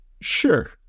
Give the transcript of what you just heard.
Sure